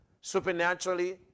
supernaturally